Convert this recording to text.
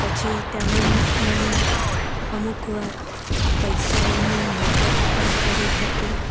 પછી તેમણે મને અમુક વાર પૈસાઓની મદદ પણ કરી હતી